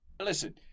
listen